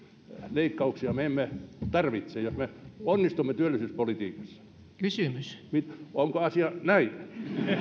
leikkauksia me emme tarvitse jos me onnistumme työllisyyspolitiikassa onko asia näin